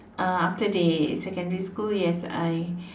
uh after they secondary school yes I